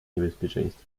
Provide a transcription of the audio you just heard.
niebezpieczeństwo